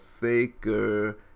faker